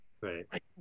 right